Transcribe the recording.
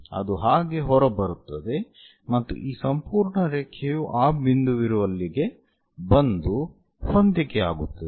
ಅದು ಹಾಗೆ ಹೊರಬರುತ್ತದೆ ಮತ್ತು ಈ ಸಂಪೂರ್ಣ ರೇಖೆಯು ಆ ಬಿಂದುವಿರುವಲ್ಲಿಗೆ ಬಂದು ಹೊಂದಿಕೆಯಾಗುತ್ತದೆ